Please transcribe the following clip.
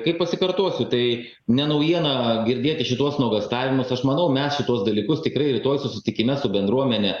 kaip pasikartosiu tai ne naujiena girdėti šituos nuogąstavimus aš manau mes šituos dalykus tikrai rytoj susitikime su bendruomene